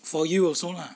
for you also lah